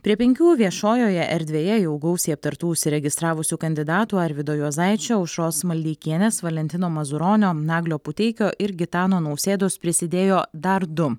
prie penkių viešojoje erdvėje jau gausiai aptartų užsiregistravusių kandidatų arvydo juozaičio aušros maldeikienės valentino mazuronio naglio puteikio ir gitano nausėdos prisidėjo dar du